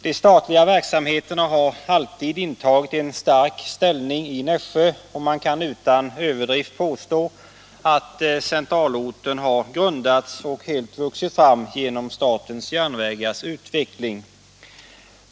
De statliga verksamheterna har alltid intagit en stark ställning i Nässjö, och man kan utan överdrift påstå att centralorten har grundats och helt vuxit fram genom statens järnvägars utveckling.